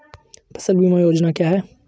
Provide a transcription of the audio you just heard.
फसल बीमा योजना क्या है?